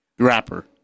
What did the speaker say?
rapper